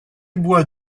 bois